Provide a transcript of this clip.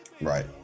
right